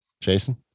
Jason